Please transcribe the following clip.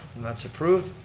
and that's approved.